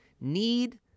need